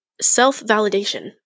self-validation